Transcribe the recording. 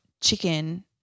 chicken